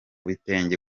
bitenge